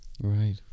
Right